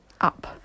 up